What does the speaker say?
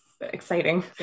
exciting